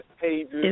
pages